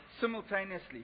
simultaneously